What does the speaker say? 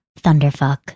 Thunderfuck